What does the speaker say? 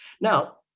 Now